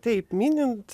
taip minint